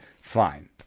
fine